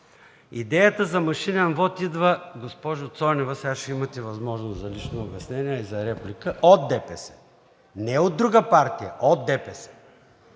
Идеята за машинен вот идва – госпожо Цонева, сега ще имате възможност за лично обяснение и за реплика – не от друга партия, а от ДПС!